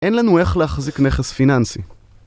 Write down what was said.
אין לנו איך להחזיק נכס פיננסי.